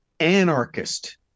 anarchist